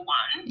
one